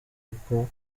bwo